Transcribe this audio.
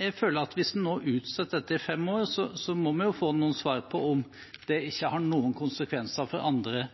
Jeg føler at hvis en nå utsetter dette i fem år, må vi få noen svar på om det ikke har noen konsekvenser for andre